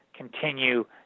continue